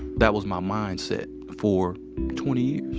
that was my mindset for twenty years.